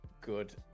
good